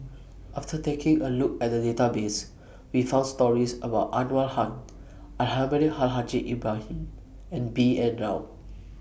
after taking A Look At The Database We found stories about Anwarul Haque Almahdi Al Haj Ibrahim and B N Rao